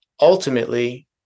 ultimately